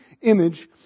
image